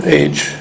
age